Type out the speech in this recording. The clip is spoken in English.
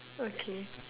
okay